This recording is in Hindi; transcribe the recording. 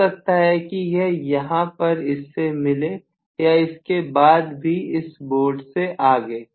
हो सकता है कि यह यहां पर इससे मिले या इसके बाद भी इस बोर्ड से आगे